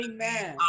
Amen